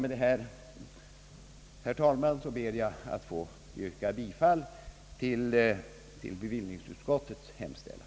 Med detta, herr talman, ber jag att få yrka bifall till bevillningsutskottets hemställan.